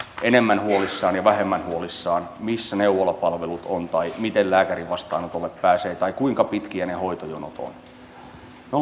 enemmän huolissaan ja vähemmän huolissaan siitä missä neuvolapalvelut ovat tai miten lääkärin vastaanotolle pääsee tai kuinka pitkiä ne hoitojonot ovat me